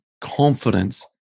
confidence